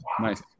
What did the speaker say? Nice